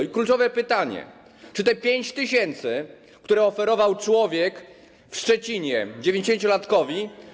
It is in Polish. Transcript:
I kluczowe pytanie, czy te 5 tys., które oferował człowiek w Szczecinie dziewięćdziesięciolatkowi.